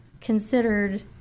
considered